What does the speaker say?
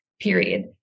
period